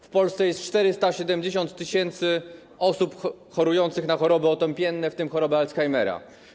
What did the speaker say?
W Polsce jest 470 tys. osób chorujących na choroby otępienne, w tym chorobę Alzheimera.